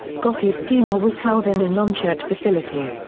gotti's funeral was held in a nonchurch facility.